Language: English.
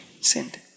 sinned